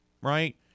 right